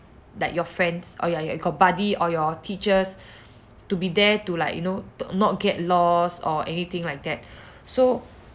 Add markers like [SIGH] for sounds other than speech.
like your friends or your you got buddy or your teachers to be there to like you know not get lost or anything like that [BREATH] so